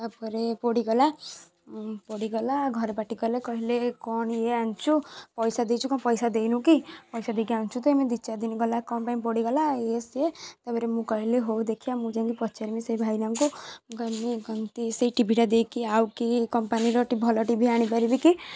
ତା'ପରେ ପୋଡ଼ିଗଲା ପୋଡ଼ିଗଲା ଘରେ ପାଟି କଲେ କହିଲେ କ'ଣ ଇଏ ଆଣିଛୁ ପଇସା ଦେଇଛୁ କ'ଣ ପଇସା ଦେଇନୁ କି ପଇସା ଦେଇକି ଆଣିଛୁ ତ ଏମିତି ଦୁଇ ଚାରି ଦିନ ଗଲା କ'ଣ ପାଇଁ ପୋଡ଼ିଗଲା ଇଏ ସିଏ ତା'ପରେ ମୁଁ କହିଲି ହଉ ଦେଖିବା ମୁଁ ଯାଇକି ପଚାରିମି ସେଇ ଭାଇନାଙ୍କୁ ମୁଁ କହିଲି କେମିତି ସେଇ ଟିଭିଟା ଦେଇକି ଆଉ କି କମ୍ପାନୀର ଭଲ ଟିଭି ଆଣି ପାରିବି କି